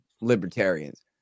libertarians